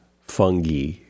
fungi